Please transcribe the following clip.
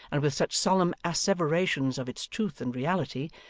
and with such solemn asseverations of its truth and reality,